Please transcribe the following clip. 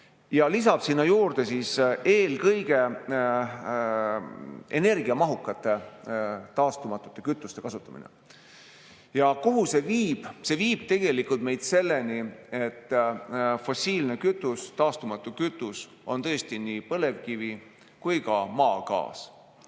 ja lisab sinna juurde, et eelkõige tuleb vähendada energiamahukate taastumatute kütuste kasutamist. Kuhu see viib? See viib meid selleni, et fossiilne kütus, taastumatu kütus on tõesti nii põlevkivi kui ka maagaas.